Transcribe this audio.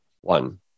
one